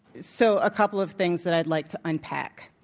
so a couple of things that i'd like to unpack.